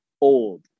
old